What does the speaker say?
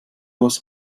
was